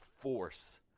force